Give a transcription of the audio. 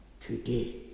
today